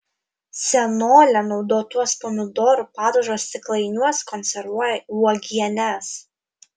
senolė naudotuos pomidorų padažo stiklainiuos konservuoja uogienes